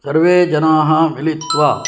सर्वे जनाः मिलित्वा